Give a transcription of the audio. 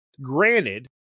granted